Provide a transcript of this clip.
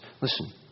Listen